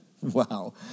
Wow